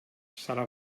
serà